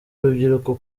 urubyiruko